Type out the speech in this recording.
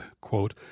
quote